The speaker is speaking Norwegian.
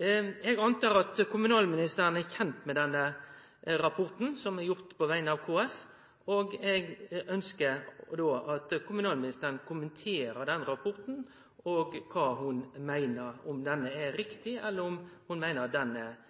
Eg antar at kommunalministeren er kjend med denne rapporten, som er utarbeidd på venger av KS, og eg ønskjer at kommunalministeren kommenterer den rapporten og seier om ho meiner han er